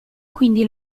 quindi